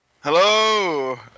Hello